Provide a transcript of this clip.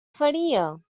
faria